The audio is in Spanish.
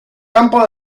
campo